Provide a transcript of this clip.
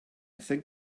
think